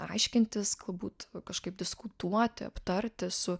aiškintis galbūt kažkaip diskutuoti aptarti su